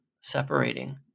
separating